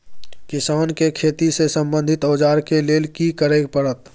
किसान के खेती से संबंधित औजार के लेल की करय परत?